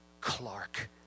Clark